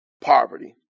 poverty